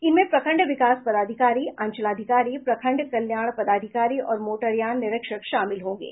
इनमें प्रखंड विकास पदाधिकारी अंचलाधिकारी प्रखंड कल्याण पदाधिकारी और मोटरयान निरीक्षक शामिल होंगे